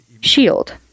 shield